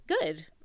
good